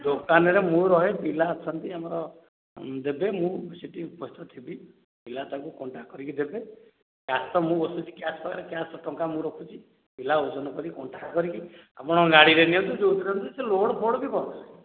ଦୋକାନ ରେ ମୁଁ ରୁହେ ପିଲା ଅଛନ୍ତି ଆମର ଦେବେ ମୁଁ ସେଇଠି ଉପସ୍ଥିତ ଥିବି ପିଲା ତାଙ୍କର କଣ୍ଟା କରିକି ଦେବେ କ୍ୟାସ୍ ପାଖରେ ମୁଁ ବସୁଛି କ୍ୟାସ୍ ଟଙ୍କା ମୁଁ ରଖୁଛି ପିଲା ଓଜନ କରିକି କଣ୍ଟା କରିକି ଆପଣ ଗାଡ଼ିରେ ନିଅନ୍ତୁ କି ଯେଉଁଥିରେ ନିଅନ୍ତୁ ସେ ଲୋଡ଼ ଫୋଡ଼ ବି